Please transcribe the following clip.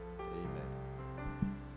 Amen